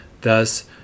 thus